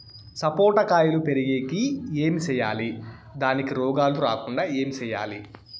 సపోట కాయలు పెరిగేకి ఏమి సేయాలి దానికి రోగాలు రాకుండా ఏమి సేయాలి?